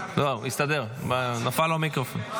מה, סגרו לך מיקרופון?